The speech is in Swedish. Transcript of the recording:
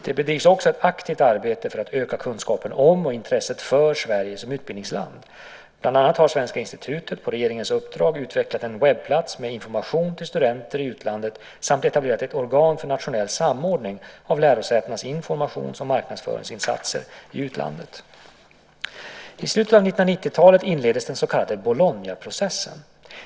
Det bedrivs också ett aktivt arbete för att öka kunskapen om och intresset för Sverige som utbildningsland. Bland annat har Svenska institutet på regeringens uppdrag utvecklat en webbplats med information till studenter i utlandet samt etablerat ett organ för nationell samordning av lärosätenas informations och marknadsföringsinsatser i utlandet. I slutet av 1990-talet inleddes den så kallade Bolognaprocessen.